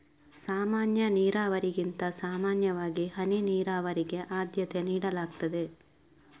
ಸಾಮಾನ್ಯ ನೀರಾವರಿಗಿಂತ ಸಾಮಾನ್ಯವಾಗಿ ಹನಿ ನೀರಾವರಿಗೆ ಆದ್ಯತೆ ನೀಡಲಾಗ್ತದೆ